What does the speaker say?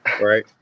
Right